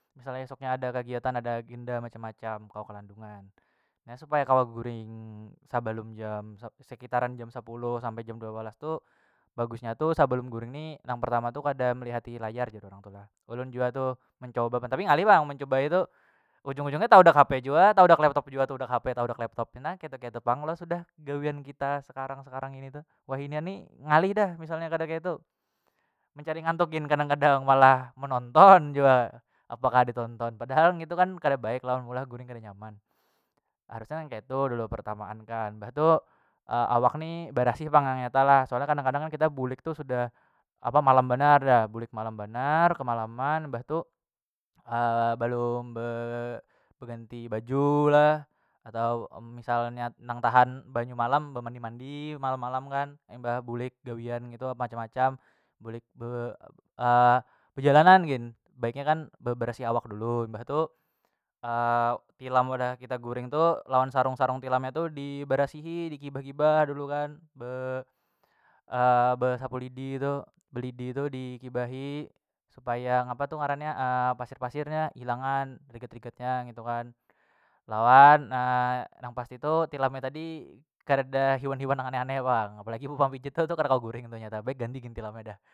Misalnya esok nya ada kegiatan ada agenda macam- macam kawa kelandungan na supaya kawa guring sabalum jam sa sekitaran jam sapuluh sampai jam dua walas tu bagusnya tu sabalum guring ni nang pertama tu kada melihat'i layar jar orang tu lah ulun jua tu mencoba bentar ngalih pang mencubai tu ujung- ujung nya taudak hp jua taudak laptop jua tu taudak hp taudak laptop tu na ketu- ketu pang lo sudah gawian kita sekarang- sekarang ini tu wahinian ni ngalih dah misalnya kada kaitu mencari ngantuk gin kadang- kadang malah menonton jua apa kah ditonton padahal ngitu kan kada baik lo meulah guring kada nyaman harusnya yang keitu dulu pertamaan kan mbah tu awak ni barasih pang yang nyata lah soalnya kadang- kadang kan kita bulik tu sudah apa malam banar dah bulik malam banar kemalaman mbah tu balum be ganti baju lah atau misal nya nang tahan banyu malam bemandi- mandi malam- malam kan imbah bulik gawian ngitu macam- macam bulik be bejalanan gin baiknya kan beberesi awak dulu mbah tu tilam wadah kita guring tu lawan sarung- sarung tilam nya tu di barasihi digibah- gibah dulu kan be be sapu lidi tu belidi tu digibahi supaya apa tu ngarannya pasir- pasir nya hilangan rigat- rigatnya ngitu kan lawan nang pasti tu tilam nya tadi kareda hiwan- hiwan nang aneh- aneh pang apalagi pampijit tu itu kada kawa guring tu nyata baik ganti gin tilam nya dah.